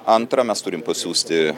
antra mes turim pasiųsti